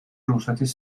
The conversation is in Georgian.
რუსეთის